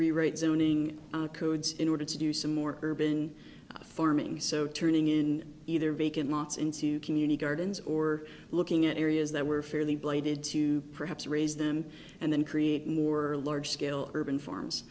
rewrite zoning codes in order to do some more urban farming so turning in either vacant lots into community gardens or looking at areas that were fairly blighted to perhaps raise them and then create more large scale urban